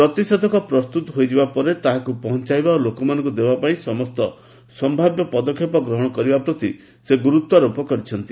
ପ୍ରତିଷେଧକ ପ୍ରସ୍ତୁତ ହୋଇଯିବା ପରେ ତାହାକୁ ପହଞ୍ଚାଇବା ଓ ଲୋକମାନଙ୍କୁ ଦେବା ପାଇଁ ସମସ୍ତ ସମ୍ଭାବ୍ୟ ପଦକ୍ଷେପ ଗ୍ରହଣ କରିବା ପ୍ରତି ସେ ଗୁରୁତ୍ୱାରୋପ କରିଛନ୍ତି